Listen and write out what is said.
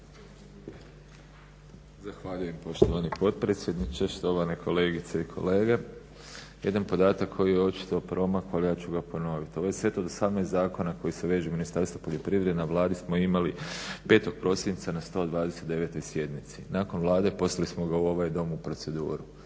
Zahvaljujem poštovani potpredsjedniče, štovane kolegice i kolege. Jedan podatak koji je očito promakao ali ja ću ga ponoviti. Ovaj set od 18 zakona koji se veže na Ministarstvo poljoprivrede na Vladi smo imali 5. prosinca na 129. sjednici. Nakon Vlade poslali smo ga u ovaj dom u proceduru.